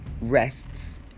rests